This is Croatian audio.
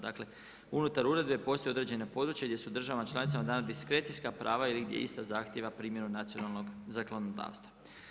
Dakle unutar uredbe postoje određena područja gdje su državama članicama dana diskrecijska prava ili gdje ista zahtijeva primjenu nacionalnog zakonodavstva.